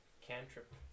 cantrip